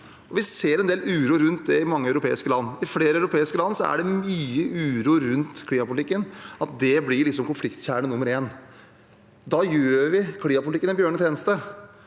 Vi ser en del uro rundt det i mange europeiske land. I flere europeiske land er det mye uro rundt klimapolitikken, at det blir konfliktkjerne nummer én. Da gjør vi klimapolitikken en bjørnetjeneste.